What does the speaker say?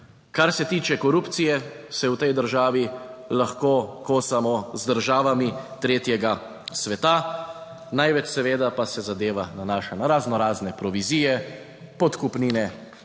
Kar se tiče korupcije se v tej država lahko kosamo z državami tretjega sveta. Največ seveda pa se zadeva nanaša na razno razne provizije podkupnine